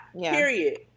Period